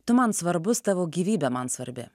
tu man svarbus tavo gyvybė man svarbi